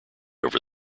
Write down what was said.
over